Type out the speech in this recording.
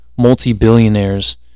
multi-billionaires